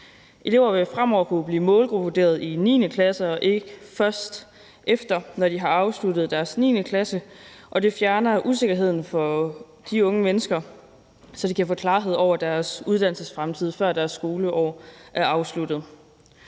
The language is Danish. Elever vil fremover kunne blive målgruppevurderet i 9. klasse og ikke først, efter de har afsluttet 9. klasse. Det fjerner usikkerheden for de unge mennesker, så de kan få klarhed over deres uddannelsesfremtid, før skoleåret er afsluttet.